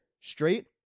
straight